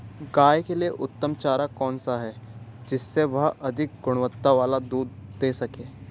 गाय के लिए उत्तम चारा कौन सा है जिससे वह अधिक गुणवत्ता वाला दूध दें सके?